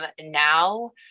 now